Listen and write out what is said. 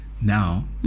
Now